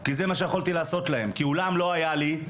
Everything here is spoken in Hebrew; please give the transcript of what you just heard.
כי זה מה שיכולתי לעשות להם, כי אולם לא היה לי.